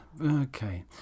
Okay